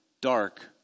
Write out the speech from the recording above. dark